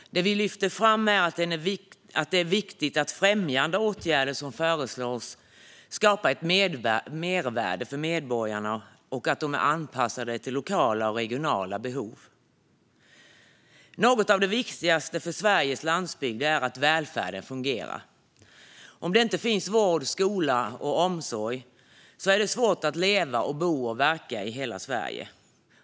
Det vi lyfter fram är att det är viktigt att de främjande åtgärder som föreslås skapar mervärde för medborgarna och att de är anpassade till lokala och regionala behov. Något av det viktigaste för Sveriges landsbygder är att välfärden fungerar. Om det inte finns vård, skola och omsorg är det svårt att leva, bo och verka i hela Sverige.